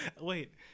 Wait